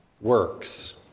works